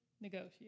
negotiate